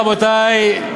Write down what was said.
רבותי,